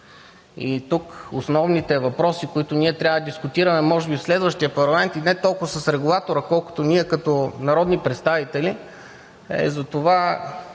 И тук основните въпроси, които ние трябва да дискутираме – може би в следващия парламент, и не толкова с регулатора, колкото ние като народни представители, е затова